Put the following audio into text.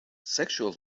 sexual